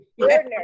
Ordinary